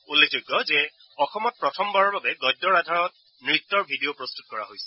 উল্লেখযোগ্য যে অসমত প্ৰথমবাৰৰ বাবে গদ্যৰ আধাৰত নৃত্যৰ ভিডিঅ' তৈয়াৰ কৰা হৈছে